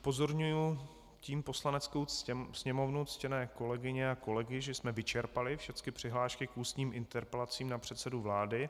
Upozorňuji tím Poslaneckou sněmovnu, ctěné kolegyně a kolegy, že jsme vyčerpali všecky přihlášky k ústním interpelacím na předsedu vlády.